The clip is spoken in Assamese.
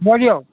হ'ব দিয়ক